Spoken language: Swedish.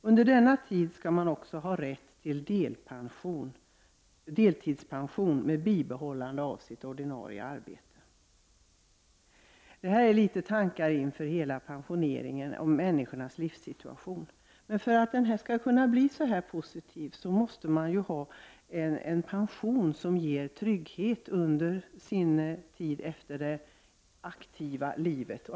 Under denna tid skall man också ha rätt till deltidspension med bibehållande av sitt ordinarie arbete. Det här är några tankar om människors livssituation inför pensioneringen. Men för att pensioneringen skall kunna bli så här positiv måste människorna ha en pension som ger trygghet under tiden efter det aktiva livet.